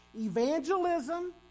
Evangelism